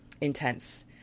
intense